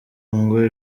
ngo